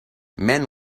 men